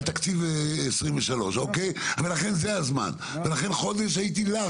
תקציב 2023. לכן זה הזמן לעשות את זה,